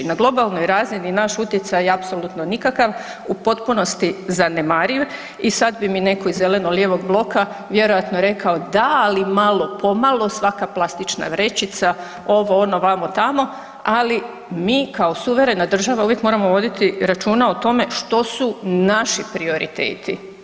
Na globalnoj razini je naš utjecaj apsolutno nikakav, u potpunosti zanemariv i sad bi netko iz zeleno-lijevog bloka vjerojatno rekao da ali malo, pomalo svaka plastična vrećica, ovo ono, vamo tamo, ali mi kao suverena država uvijek moramo voditi računa o tome što su naši prioriteti.